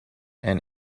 and